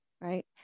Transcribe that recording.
Right